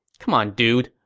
c'mon dude,